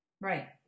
Right